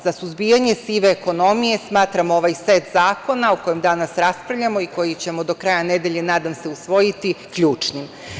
Za suzbijanje sive ekonomije smatram ovaj set zakona, o kojem danas raspravljamo i koji će do kraja nedelje, nadam se, usvojiti, ključnim.